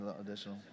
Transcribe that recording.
additional